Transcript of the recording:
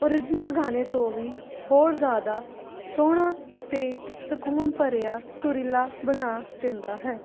original ਗਾਣੇ ਤੋਂ ਵੀ ਹੋਰ ਜ਼ਿਆਦਾ ਸੋਹਣਾ ਅਤੇ ਸਕੂਨ ਭਰਿਆ ਸੁਰੀਲਾ ਬਣਾ ਦਿੰਦਾ ਹੈ